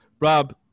Rob